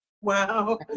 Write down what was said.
Wow